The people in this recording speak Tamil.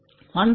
1 2Z1Y2Z22Y22